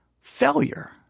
failure